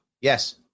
Yes